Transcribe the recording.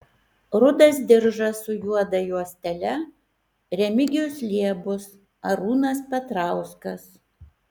rudas diržas su juoda juostele remigijus liebus arūnas petrauskas